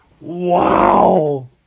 Wow